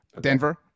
Denver